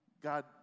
God